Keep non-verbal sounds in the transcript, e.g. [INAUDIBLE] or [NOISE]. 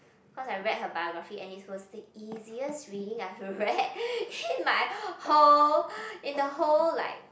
cause I read her biography and it was the easiest reading I've read [LAUGHS] in my whole in the whole like